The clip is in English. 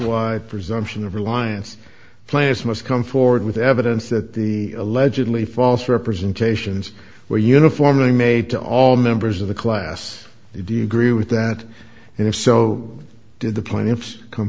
wide presumption of reliance players must come forward with evidence that the allegedly false representations were uniformly made to all members of the class do you agree with that if so did the